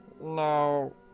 no